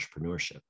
entrepreneurship